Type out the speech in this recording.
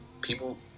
people